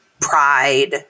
pride